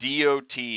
dot